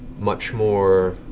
much more